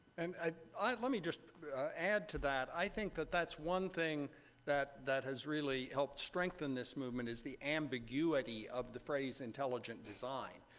and let me just add to that. i think that that's one thing that that has really helped strengthen this movement is the ambiguity of the phrase intelligent design.